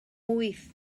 wyth